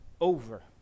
over